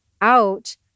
out